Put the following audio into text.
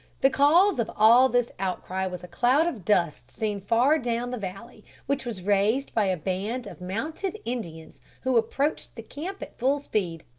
the cause of all this outcry was a cloud of dust seen far down the valley, which was raised by a band of mounted indians who approached the camp at full speed.